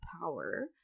power